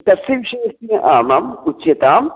तस्य विषये अस्ति वा आमाम् उच्यताम्